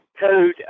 code